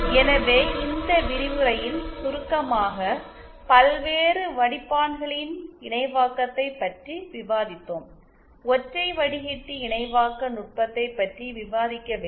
எனவே இந்த விரிவுரையில் சுருக்கமாக பல்வேறு வடிப்பான்களின் இணைவாக்கத்தை பற்றி விவாதித்தோம் ஒற்றை வடிகட்டி இணைவாக்க நுட்பத்தைப் பற்றி விவாதிக்கவில்லை